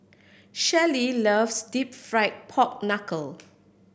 Shelly loves Deep Fried Pork Knuckle